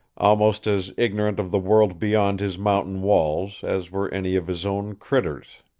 almost as ignorant of the world beyond his mountain walls as were any of his own critters.